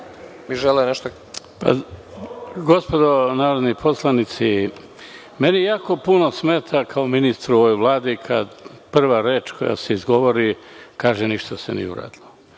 Ilić** Gospodo narodni poslanici, meni jako smeta kao ministru u ovoj Vladi kada prva reč koja se izgovori, kaže ništa se nije uradilo.